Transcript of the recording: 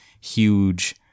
huge